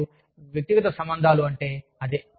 మరియు వ్యక్తిగత సంబంధాలు అంటే అదే